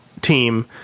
team